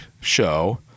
show